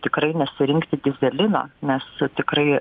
tikrai nesirinksi dyzelino nes tikrai